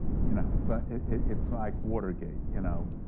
you know it's ah it's like watergate, you know,